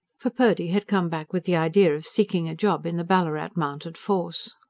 for purdy had come back with the idea of seeking a job in the ballarat mounted force.